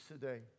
today